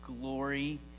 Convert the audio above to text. glory